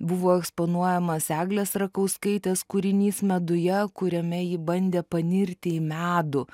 buvo eksponuojamas eglės rakauskaitės kūrinys meduje kuriame ji bandė panirti į medų